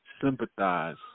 sympathize